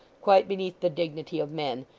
quite beneath the dignity of men,